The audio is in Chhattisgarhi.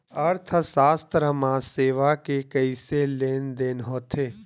अर्थशास्त्र मा सेवा के कइसे लेनदेन होथे?